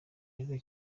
rero